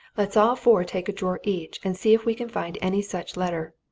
let us all four take a drawer each and see if we can find any such letter.